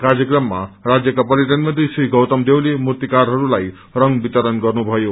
कार्यक्रममा राजयका पर्यटन मंत्री श्री गौतम देवले मूर्तिकारहरूलाई रंग वितरण गर्नुभयो